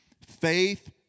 Faith